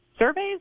surveys